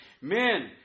Men